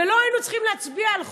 ולא היינו צריכים להצביע על חוק.